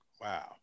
Wow